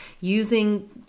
using